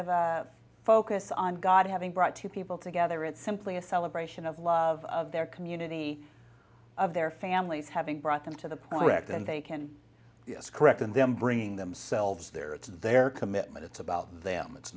of a focus on god having brought two people together it's simply a celebration of love of their community of their families having brought them to the point that then they can yes correct in them bringing themselves there it's their commitment it's about them it's